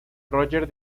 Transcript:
roger